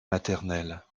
maternelle